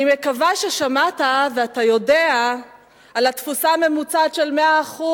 אני מקווה ששמעת ואתה יודע על התפוסה הממוצעת של 100%